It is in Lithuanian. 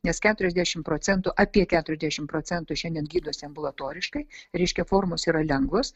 nes keturiasdešim procentų apie keturiasdešim procentų šiandien gydosi ambulatoriškai reiškia formos yra lengvos